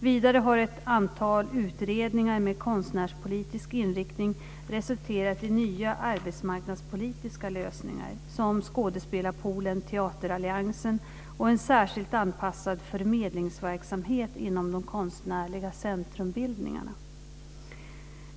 Vidare har ett antal utredningar med konstnärspolitisk inriktning resulterat i nya arbetsmarknadspolitiska lösningar som skådespelarpoolen Teateralliansen och en särskilt anpassad förmedlingsverksamhet inom de konstnärliga centrumbildningarna.